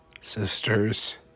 sisters